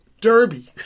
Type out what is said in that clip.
Derby